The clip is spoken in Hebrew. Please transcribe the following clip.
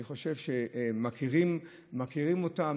אני חושב שמכירים אותה,